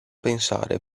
pensare